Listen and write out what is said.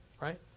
Right